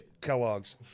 Kellogg's